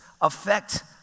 affect